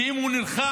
כי אם הוא נלחם,